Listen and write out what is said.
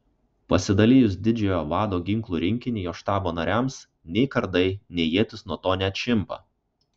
pasidalijus didžiojo vado ginklų rinkinį jo štabo nariams nei kardai nei ietys nuo to neatšimpa